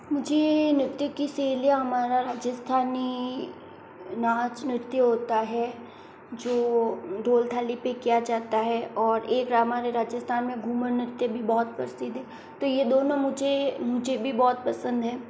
मुझे नृत्य की शैलियाँ हमारा राजस्थानी नाच नृत्य होता है जो ढ़ोल थाली पे किया जाता है और एक हमारे राजस्थान में घूमर नृत्य भी बहुत प्रसिद्ध है तो यह दोनों मुझे मुझे भी बहुत पसंद हैं